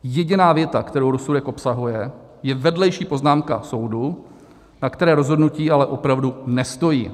Jediná věta, kterou rozsudek obsahuje, je vedlejší poznámka soudu, na které rozhodnutí ale opravdu nestojí.